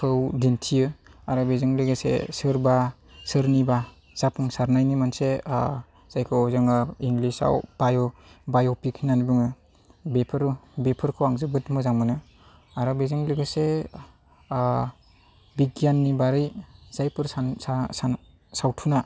खौ दिन्थियो आरो बेजों लोगोसे सोरबा सोरनिबा जाफुंसारनायनि मोनसे जायखौ जोङो इंलिसआव बाय'पिक होननानै बुङो बेफोरखौ आं जोबोद मोजां मोनो आरो बेजों लोगोसे बिगियाननि बागै जायफोर सावथुना